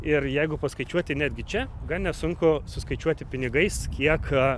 ir jeigu paskaičiuoti netgi čia gan nesunku suskaičiuoti pinigais kiek